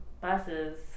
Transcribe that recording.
buses